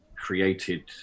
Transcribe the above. created